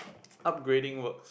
upgrading works